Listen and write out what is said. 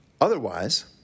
otherwise